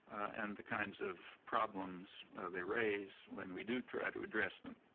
and the kinds of problems they raise when we do try to address them.